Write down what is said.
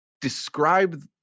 describe